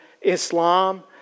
Islam